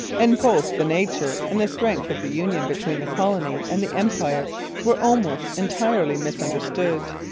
and both the nature and the strength of the union between the colony and the empire were almost entirely misunderstood.